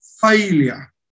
failure